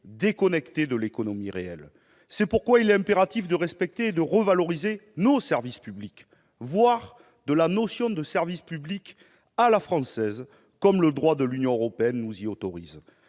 déconnectés de l'économie réelle. C'est pourquoi il est impératif de respecter et de revaloriser nos services publics, voire de réaffirmer la notion de service public à la française, comme le droit de l'Union européenne nous y autorise.